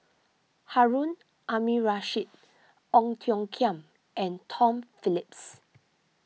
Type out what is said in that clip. Harun Aminurrashid Ong Tiong Khiam and Tom Phillips